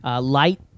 light